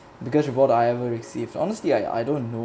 because you what I ever received honestly I I don't know